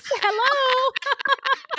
Hello